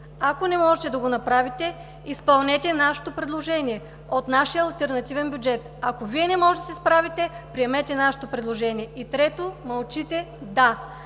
Ако не можете да го направите, изпълнете предложението от нашия алтернативен бюджет. Ако Вие не може да се справите, приемете нашето предложение. Трето, мълчите, да.